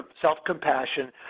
self-compassion